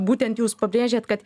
būtent jūs pabrėžėt kad